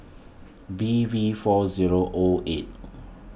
B V four zero O eight